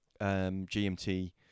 GMT